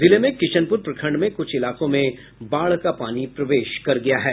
जिले में किशनपुर प्रखंड में कुछ इलाकों में बाढ का पानी प्रवेश कर गया है